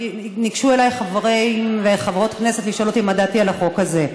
ניגשו אליי חברי וחברות כנסת לשאול אותי מה דעתי על החוק הזה,